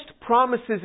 promises